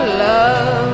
love